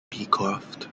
beecroft